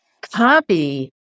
Copy